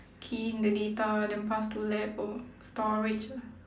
key in the data then pass to lab o~ for storage lah